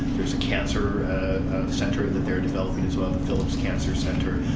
there's a cancer center that they're developing, as well, the phillips cancer center.